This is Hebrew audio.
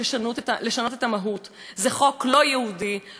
זה חוק לא יהודי, לא חוקתי, לא דמוקרטי.